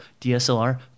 DSLR